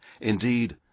Indeed